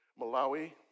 Malawi